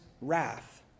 wrath